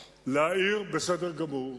להעיר, בסדר גמור,